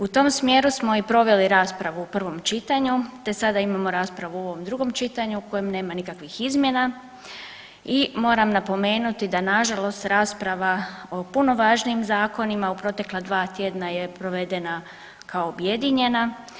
U tom smjeru smo i proveli raspravu u prvom čitanju te sada imamo raspravu u ovom drugom čitanju u kojem nema nikakvih izmjena i moram napomenuti da nažalost rasprava o puno važnijim zakonima u protekla 2 tjedna je provedena kao objedinjena.